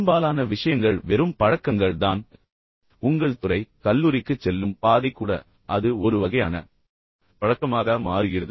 பெரும்பாலான விஷயங்கள் வெறும் பழக்கங்கள் தான் பின்னர் உங்கள் துறை கல்லூரிக்குச் செல்லும் பாதை கூட அது மீண்டும் ஒரு வகையான பழக்கமாக மாறுகிறது